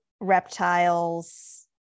reptiles